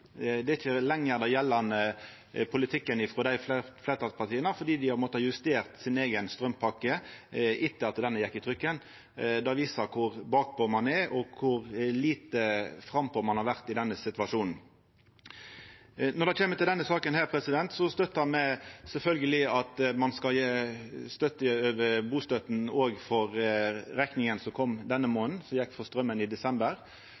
Det er ikkje lenger den gjeldande politikken frå dei fleirtalspartia, fordi dei har måtta justera si eiga straumpakke etter at denne gjekk i trykken. Det viser kor bakpå ein er, og kor lite frampå ein har vore i denne situasjonen. Når det kjem til denne saka, støttar me sjølvsagt at ein skal styrkja bustøtta òg for rekninga som kom denne månaden, som gjaldt for straumen i desember.